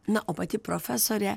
na o pati profesorė